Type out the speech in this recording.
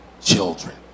children